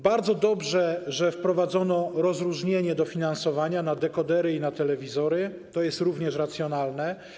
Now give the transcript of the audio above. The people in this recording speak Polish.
Bardzo dobrze, że wprowadzono rozróżnienie finansowania na dekodery i na telewizory, to jest również racjonalne.